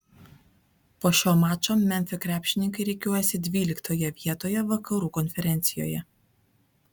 po šio mačo memfio krepšininkai rikiuojasi dvyliktoje vietoje vakarų konferencijoje